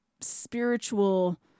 spiritual